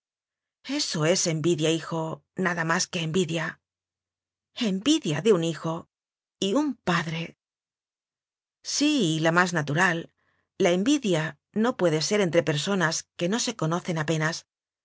eso es envidia hijo nada más que en vidia envidia de un hijo y un padre sí y la más natural la envidia no pue de ser entre personas que no se conocen ape